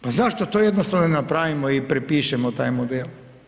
Pa zašto to jednostavno ne napravimo i prepišemo taj model?